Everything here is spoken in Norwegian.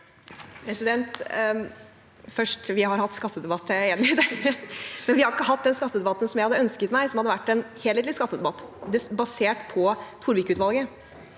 det. Men vi har ikke hatt den skattedebatten jeg hadde ønsket meg, som hadde vært en helhetlig skattedebatt, basert på Torvik-utvalget.